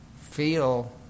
feel